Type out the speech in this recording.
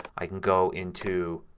i can go into,